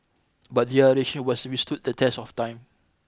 but their relation was withstood the test of time